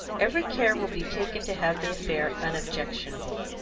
every care will be taken to have the affair unobjectionable.